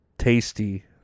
Tasty